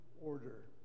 order